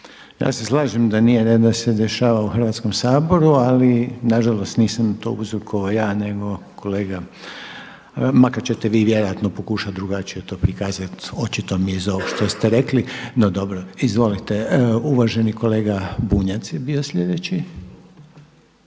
Ja se slažem da nije red da se dešava u Hrvatskom saboru, ali na žalost nisam to uzrokovao ja, nego kolega, makar ćete vi vjerojatno pokušati drugačije to prikazati. Očito mi je iz ovog što ste rekli, no dobro. Izvolite. Uvaženi kolega Bunjac je bio sljedeći.